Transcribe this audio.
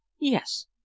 Yes